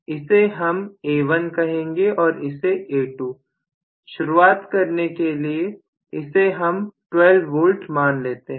इसे हम A1 कहेंगे और इसे A2 शुरुआत करने के लिए इसे हम 12 वोल्ट मान लेते हैं